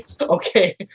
Okay